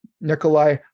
Nikolai